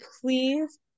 please